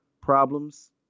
problems